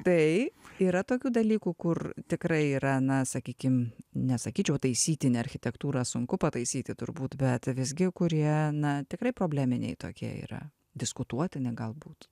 tai yra tokių dalykų kur tikrai yra na sakykim nesakyčiau taisytini architektūrą sunku pataisyti turbūt bet visgi kurie na tikrai probleminiai tokie yra diskutuotini galbūt